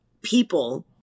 people